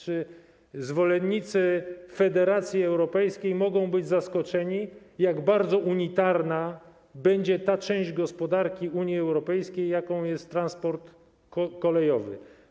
Zwolennicy federacji europejskiej mogą być zaskoczeni tym, jak bardzo unitarna będzie ta część gospodarki Unii Europejskiej, jaką jest transport kolejowy.